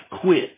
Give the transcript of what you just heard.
quit